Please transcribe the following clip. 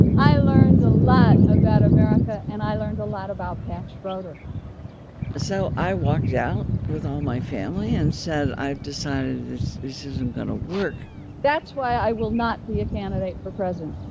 i learned a lot about america, and i learned a lot about pat schroeder so i walked out with all my family and said, i've decided this this isn't going to work that's why i will not be a candidate for president